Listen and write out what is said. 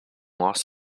los